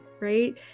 right